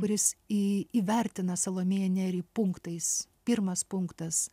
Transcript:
kuris į įvertina salomėją nėrį punktais pirmas punktas